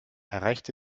erreichte